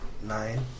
Nine